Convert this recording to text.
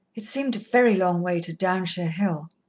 it seemed a very long way to downshire hill.